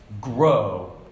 grow